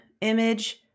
image